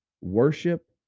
worship